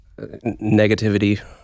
negativity